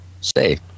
stay